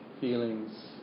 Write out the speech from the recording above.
feelings